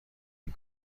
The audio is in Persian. این